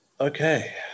Okay